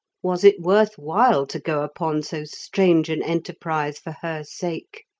was it worth while to go upon so strange an enterprise for her sake?